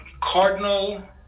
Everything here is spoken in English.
Cardinal